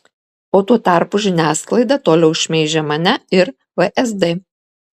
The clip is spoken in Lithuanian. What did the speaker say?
o tuo tarpu žiniasklaida toliau šmeižia mane ir vsd